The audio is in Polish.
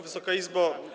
Wysoka Izbo!